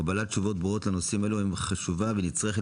קבלת תשובות ברורות לנושאים אלו חשובה ונצרכת